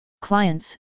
Clients